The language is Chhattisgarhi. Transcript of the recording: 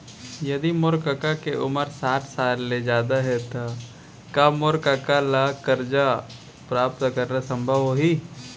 यदि मोर कका के उमर साठ साल ले जादा हे त का मोर कका ला कर्जा प्राप्त करना संभव होही